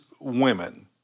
women